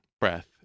breath